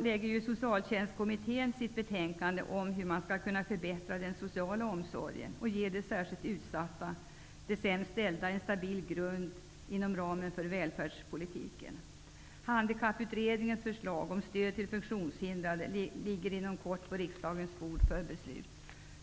lägger socialtjänstkommittén fram sitt betänkande om hur man skall kunna förbättra den sociala omsorgen och ge de särskilt utsatta -- de sämst ställda -- en stabil grund inom ramen för välfärdspolitiken. Handikapputredningens förslag om stöd till funktionshindrade ligger inom kort på riksdagens bord för beslut.